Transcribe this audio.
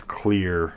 clear